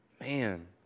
Man